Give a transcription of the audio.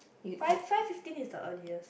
five five fifteen is the earliest